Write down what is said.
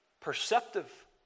perceptive